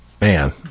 man